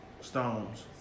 Stones